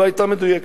לא היתה מדויקת.